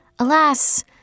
Alas